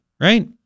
Right